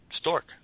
Stork